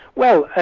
well,